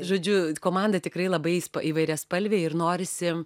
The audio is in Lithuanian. žodžiu komanda tikrai labai įvairiaspalvė ir norisi